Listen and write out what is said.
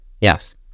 Yes